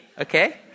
okay